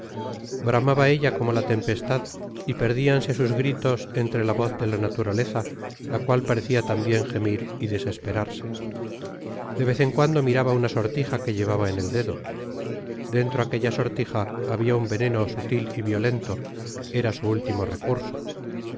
bramaba ella como la tempestad y perdianse sus gritos entre la gran voz de la naturaleza la cual parecia tambien gemir y desesperarse de vez en cuando miraba una sortija que llevaba en el dedo dentro aquella sortija habia un veneno sutil y violento era su último recurso